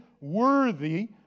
worthy